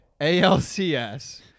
ALCS